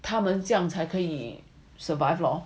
他们这样才可以 survive lor